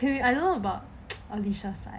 okay okay I don't know about alysha side